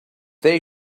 they